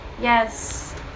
Yes